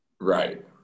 Right